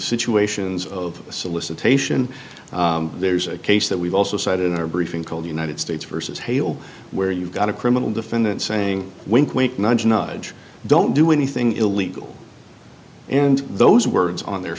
situations of solicitation there's a case that we've also cited in our briefing called united states versus hale where you've got a criminal defendant saying wink wink nudge nudge don't do anything illegal and those words on their